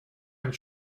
and